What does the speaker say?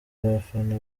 abafana